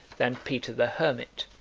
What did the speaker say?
than peter the hermit,